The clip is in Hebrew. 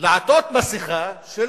ולעטות מסכה של,